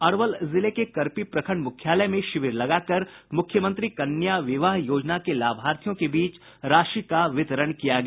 अरवल जिले के करपी प्रखंड मुख्यालय में शिविर लगाकर मुख्यमंत्री कन्या विवाह योजना के लाभार्थियों के बीच राशि का वितरण किया गया